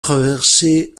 traversé